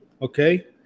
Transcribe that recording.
Okay